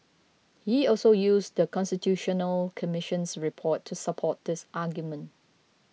he also used The Constitutional Commission's report to support this argument